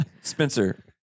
Spencer